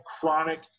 chronic